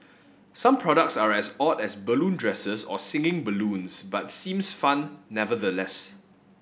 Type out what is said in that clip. some products are as odd as balloon dresses or singing balloons but seems fun nevertheless